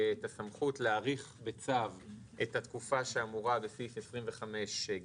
את הסמכות להאריך בצו את התקופה שאמורה בסעיף 25(ג),